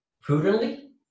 prudently